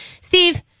Steve